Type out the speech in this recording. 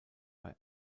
bei